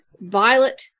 Violet